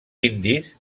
indis